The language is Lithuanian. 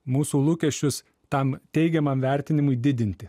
mūsų lūkesčius tam teigiamam vertinimui didinti